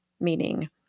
meaning